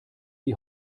die